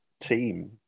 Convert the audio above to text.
team